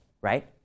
right